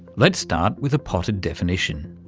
let's start with a potted definition.